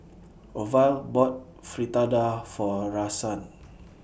Orville bought Fritada For Rahsaan